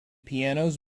pianos